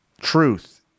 truth